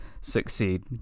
succeed